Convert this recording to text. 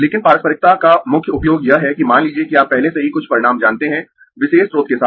लेकिन पारस्परिकता का मुख्य उपयोग यह है कि मान लीजिए कि आप पहले से ही कुछ परिणाम जानते है विशेष स्रोत के साथ